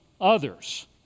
Others